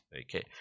okay